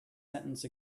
sentence